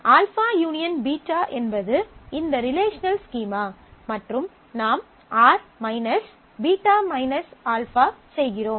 α U β என்பது இந்த relational schema மற்றும் நாம் R β α செய்கிறோம்